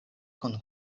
kun